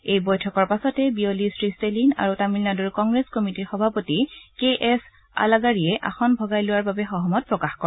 এই বৈঠকৰ পাছতেই বিয়লি শ্ৰী টেলিন আৰু তামিলনাডু কংগ্ৰেছ কমিটিৰ সভাপতি কে এছ আলাগাৰিয়ে আসন ভগাই লোৱাৰ বাবে সহমত প্ৰকাশ কৰে